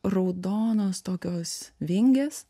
raudonos tokios vingės